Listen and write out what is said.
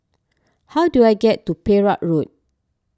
how do I get to Perak Road